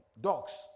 dogs